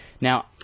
Now